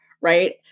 Right